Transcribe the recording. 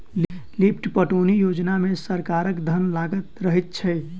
lift पटौनी योजना मे सरकारक धन लागल रहैत छै